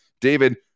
David